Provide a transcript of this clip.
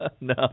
No